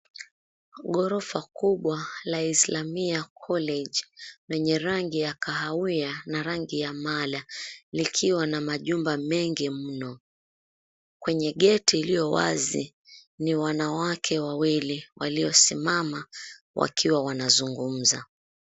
Ghorofa kubwa la Islamia College lenye rangi ya kahawia na rangi ya mala, likiwa na majumba mengi mno. Kwenye geti iliyo wazi, ni wanawake wawili waliosimama wakiwa wanazungumza.